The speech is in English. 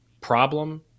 problem